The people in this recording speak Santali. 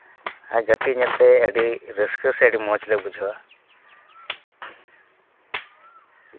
ᱟᱨ ᱜᱟᱛᱤᱜ ᱧᱮᱞᱛᱮ ᱟᱹᱰᱤ ᱨᱟᱹᱥᱠᱟᱹ ᱥᱮ ᱟᱹᱰᱤ ᱢᱚᱡᱽ ᱞᱮ ᱵᱩᱡᱷᱟᱹᱣᱟ